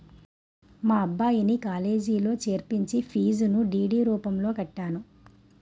మా అబ్బాయిని కాలేజీలో చేర్పించి ఫీజును డి.డి రూపంలో కట్టాను